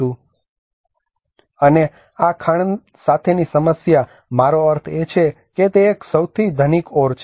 અને આ ખાણ સાથેની સમસ્યા મારો અર્થ એ છે કે તે એક સૌથી ધનિક ઓર છે